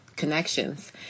connections